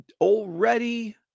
already